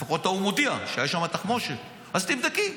לפחות ההוא מודיע שהייתה שם תחמושת, אז תבדקי.